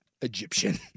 Egyptian